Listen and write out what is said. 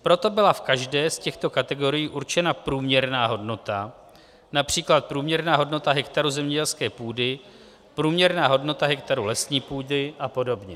Proto byla v každé z těchto kategorií určena průměrná hodnota, například průměrná hodnota hektaru zemědělské půdy, průměrná hodnota hektaru lesní půdy apod.